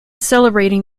celebrating